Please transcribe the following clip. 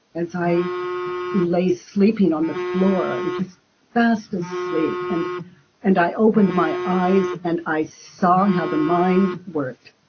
as i lay sleeping on the floor, just fast asleep, and and i opened my eyes and i saw how the mind worked.